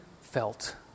felt